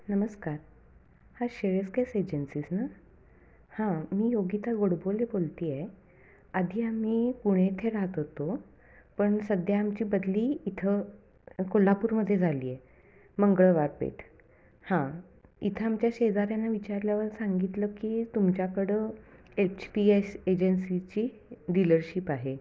नमस्कार हां Shreyas gas agencies ना हां मी योगिता गोडबोले बोलत आहे आधी आम्ही पुणे येथे राहत होतो पण सध्या आमची बदली इथं कोल्हापूरमधे झाली आहे मंगळवारपेठ हां इथं आमच्या शेजाऱ्यांना विचारल्यावर सांगितलं की तुमच्याकडं एच पी एस एजन्सीची डीलरशिप आहे